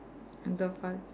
under five